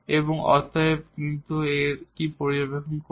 এবং অতএব কিন্তু আমরা এখানে আর কি পর্যবেক্ষণ করি